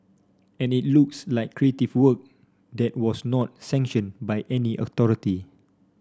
and it looks like creative work that was not sanctioned by any authority